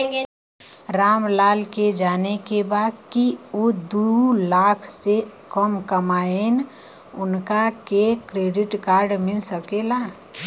राम लाल के जाने के बा की ऊ दूलाख से कम कमायेन उनका के क्रेडिट कार्ड मिल सके ला?